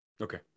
Okay